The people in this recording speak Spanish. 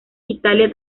italia